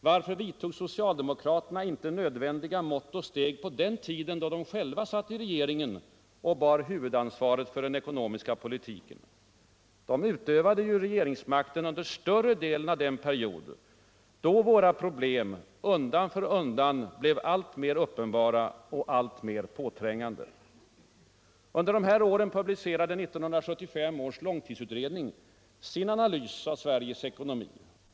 Varför vidtog socialdemokraterna inte nödvändiga mått och steg på den tiden då de själva satt i regeringen och bar huvudansvaret för den ekonomiska politiken? De utövade ju regeringsmakten under större delen av den period då våra problem undan för undan blev alltmer uppenbara och alltmer påträngande.